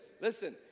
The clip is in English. listen